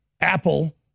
Apple